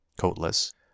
coatless